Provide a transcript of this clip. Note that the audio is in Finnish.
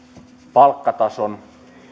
palkkatason